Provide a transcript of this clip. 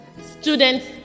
students